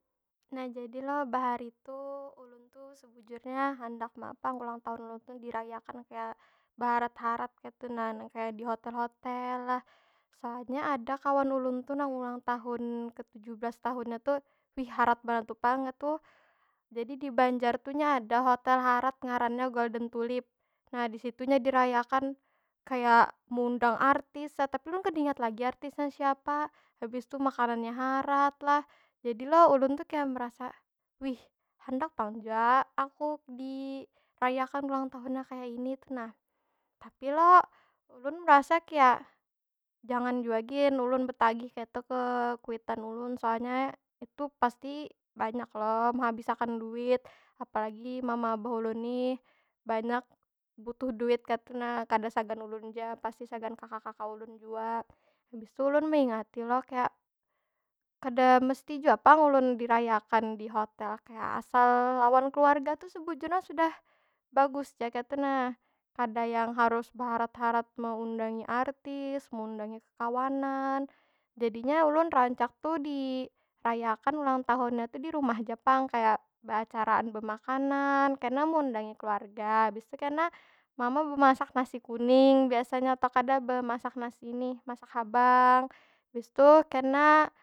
Nah jadi lo, bahari tu, ulun tu sebujurnya handak ma pang ulang tahun ulun tu dirayakan kaya beharat- harat kaytu nah. Nang kaya di hotel- hotel lah. Asanya ada kawan ulun tu nang ulan tahun tu ke tujuh belas tahunnya tu, wih harat banar tu pang nya tuh. Jadi di banjar tu nya ada hotel harat, ngarannya golden tulip. Nah di situ inya dirayakan. Kaya meundang artis lah, tapi ulun kada ingat lagi artinya siapa. Habis tu makanannya harat lah. Jadi lo, ulun tu kaya merasa, wih handak pang jua aku dirayakan ulang tahunnya kaya ini tu nah. Tapi lo, ulun merasa kaya, jangan jua gin ulun betagih kaytu ke kuitan ulun. Soalnya itu pasti banyak lo mehabis akan duit. Apalagi mama abah ulun nih, banyak butuh duit kaytu nah. Kada sagan ulun ja, pasti sagan kaka- kaka ulun jua. Habis tu ulun meingati lo kaya, kada mesti jua pang ulun dirayakan di hotel. Kaya asal lawan keluarga tu sebujurnya sudah bagus ja kaytu na. Kada yang harus beharat- harat meundangi artis, meundangi kekawanan. Jadinya ulun rancak tu dirayakan ulang tahunnya tu di rumah ja pang. Kaya beacaraan bemakanan, kena meundangi keluarga. Habis tu kena mama bemasak nasi kuning biasanya, atau kada bemasak nasi inih, masak habang. Habis tu kena.